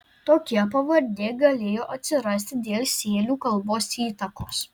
tokia pavardė galėjo atsirasti dėl sėlių kalbos įtakos